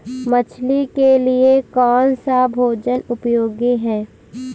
मछली के लिए कौन सा भोजन उपयोगी है?